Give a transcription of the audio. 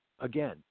again